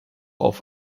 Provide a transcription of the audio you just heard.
auf